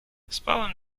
spałem